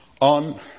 On